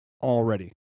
already